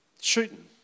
shooting